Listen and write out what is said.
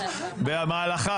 במהלכה,